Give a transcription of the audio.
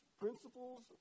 principles